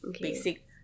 basic